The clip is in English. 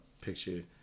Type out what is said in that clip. picture